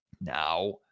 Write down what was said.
Now